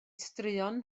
straeon